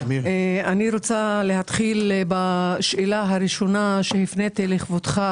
אני אתחיל בשאלה הראשונה שהפניתי לכבודך,